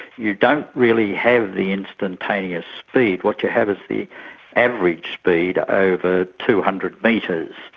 you don't really have the instantaneous speed, what you have is the average speed over two hundred metres.